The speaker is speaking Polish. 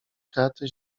kraty